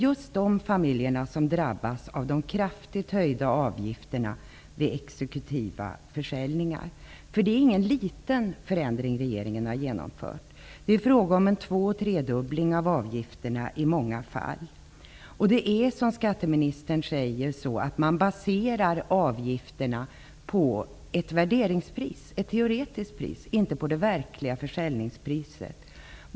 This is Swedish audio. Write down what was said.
Just de familjerna drabbas av de kraftigt höjda avgifterna vid exekutiva försäljningar. Det är ju ingen liten förändring som regeringen har genomfört. Det är i många fall fråga om en två till tredubbling av avgifterna. Precis som skatteministern säger baseras avgifterna på ett värderingspris, ett teoretiskt pris, inte på det verkliga försäljningspriset.